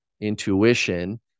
intuition